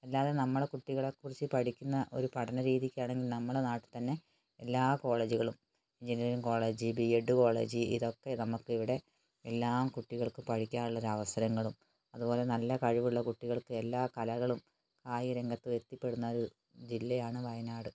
അല്ലാതെ നമ്മളെ കുട്ടികളെക്കുറിച്ച് പഠിക്കുന്ന ഒരു പഠന രീതിയ്ക്ക് ആണെങ്കിൽ നമ്മുടെ നാട്ടിൽത്തന്നെ എല്ലാ കോളേജുകളും engineering college B Ed college ഇതൊക്കെ നമുക്ക് ഇവിടെ എല്ലാ കുട്ടികൾക്ക് പഠിക്കാൻ ഉള്ളൊരു അവസരങ്ങളും അതുപോലെ നല്ല കഴിവുള്ള കുട്ടികൾക്ക് എല്ലാ കലകളും ആയി രംഗത്ത് എത്തിപ്പെടുന്ന ഒരു ജില്ലയാണ് വയനാട്